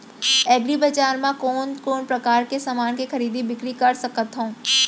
एग्रीबजार मा मैं कोन कोन परकार के समान के खरीदी बिक्री कर सकत हव?